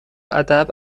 ادب